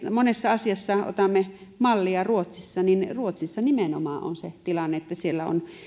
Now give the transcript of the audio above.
monessa asiassa otamme mallia ruotsista niin ruotsissa nimenomaan on se tilanne että siellä on